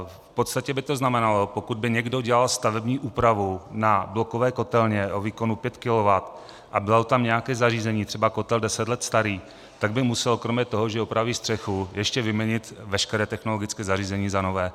V podstatě by to znamenalo, pokud by někdo dělal stavební úpravu na blokové kotelně o výkonu 5 kilowattů a bylo tam nějaké zařízení, třeba kotel deset let starý, tak by musel kromě toho, že opraví střechu, ještě vyměnit veškeré technologické zařízení za nové.